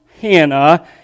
Hannah